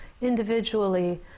individually